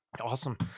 Awesome